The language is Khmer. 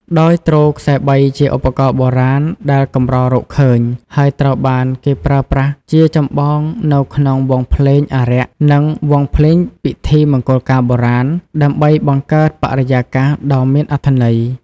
ដោយទ្រខ្សែបីជាឧបករណ៍បុរាណដែលកម្ររកឃើញ ហើយត្រូវបានគេប្រើប្រាស់ជាចម្បងនៅក្នុងវង់ភ្លេងអារក្ស និង វង់ភ្លេងពិធីមង្គលការបុរាណ ដើម្បីបង្កើតបរិយាកាសដ៏មានអត្ថន័យ។